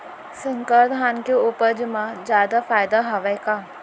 संकर धान के उपज मा जादा फायदा हवय का?